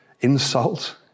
insult